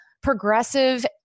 progressive